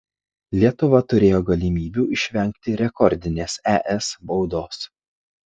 lietuva turėjo galimybių išvengti rekordinės es baudos